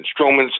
Strowman's